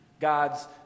God's